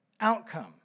outcome